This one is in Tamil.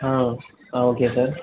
ஆ ஆ ஓகே சார்